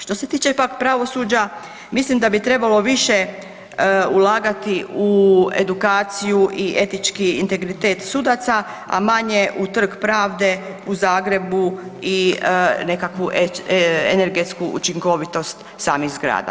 Što se tiče pak pravosuđa mislim da bi trebalo više ulagati u edukaciju i etički integritet sudaca, a manje u trg pravde u Zagrebu i nekakvu energetsku učinkovitost samih zgrada.